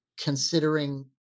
considering